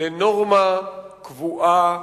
לנורמה קבועה,